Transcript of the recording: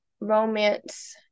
romance